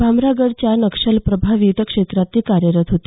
भामरागडच्या नक्षलप्रभावित क्षेत्रात ती कार्यरत होती